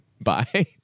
bye